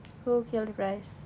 who killed bryce